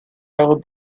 held